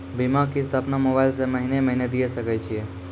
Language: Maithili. बीमा किस्त अपनो मोबाइल से महीने महीने दिए सकय छियै?